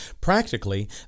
practically